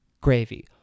gravy